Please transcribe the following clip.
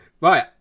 Right